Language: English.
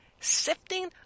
sifting